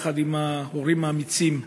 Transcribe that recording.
יחד עם ההורים האמיצים,